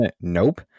Nope